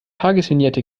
tagesvignette